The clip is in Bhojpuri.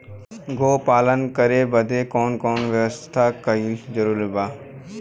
गोपालन करे बदे कवन कवन व्यवस्था कइल जरूरी ह?